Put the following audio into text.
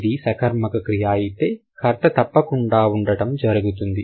ఇది సకర్మక క్రియ అయితే కర్త తప్పకుండా ఉండటం జరుగుతుంది